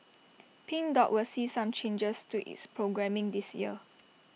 pink dot will see some changes to its programming this year